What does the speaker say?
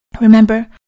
remember